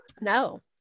No